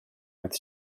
earth